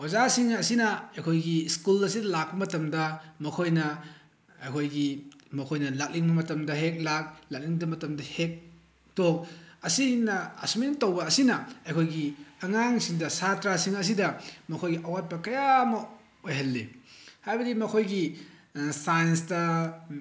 ꯑꯣꯖꯥꯁꯤꯡ ꯑꯁꯤꯅ ꯑꯩꯈꯣꯏꯒꯤ ꯁ꯭ꯀꯨꯜ ꯑꯁꯤꯗ ꯂꯥꯛꯄ ꯃꯇꯝꯗ ꯃꯈꯣꯏꯅ ꯑꯩꯈꯣꯏꯒꯤ ꯃꯈꯣꯏꯅ ꯂꯥꯛꯅꯤꯡꯕ ꯃꯇꯝꯗ ꯍꯦꯛ ꯂꯥꯛ ꯂꯥꯛꯅꯤꯡꯗ ꯃꯇꯝꯗ ꯍꯦꯛ ꯇꯣꯛ ꯑꯁꯤꯅ ꯑꯁꯨꯃꯥꯏꯅ ꯇꯧꯕ ꯑꯁꯤꯅ ꯑꯩꯈꯣꯏꯒꯤ ꯑꯉꯥꯡꯁꯤꯡꯗ ꯁꯥꯇ꯭ꯔꯥꯁꯤꯡ ꯑꯁꯤꯗ ꯃꯈꯣꯏꯒꯤ ꯑꯋꯥꯠꯄ ꯀꯌꯥ ꯑꯃ ꯑꯣꯏꯍꯜꯂꯤ ꯍꯥꯏꯕꯗꯤ ꯃꯈꯣꯏꯒꯤ ꯁꯥꯏꯟꯁꯇ